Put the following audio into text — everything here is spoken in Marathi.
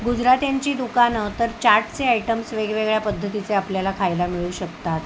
गुजरात्यांची दुकानं तर चाटचे आयटम्स वेगवेगळ्या पद्धतीचे आपल्याला खायला मिळू शकतात